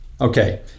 Okay